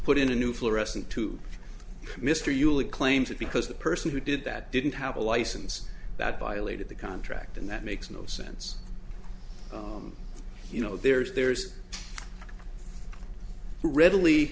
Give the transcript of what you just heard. put in a new fluorescent to mr ulick claims that because the person who did that didn't have a license that violated the contract and that makes no sense you know there's there's no readily